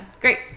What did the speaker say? Great